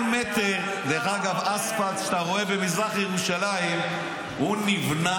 כל מטר אספלט שאתה רואה במזרח ירושלים נבנה